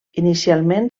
inicialment